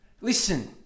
Listen